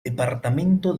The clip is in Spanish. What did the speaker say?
departamento